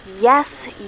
Yes